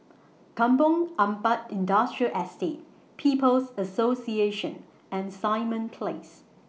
Kampong Ampat Industrial Estate People's Association and Simon Place